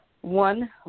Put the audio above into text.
one